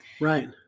Right